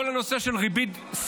כל הנושא של ריבית,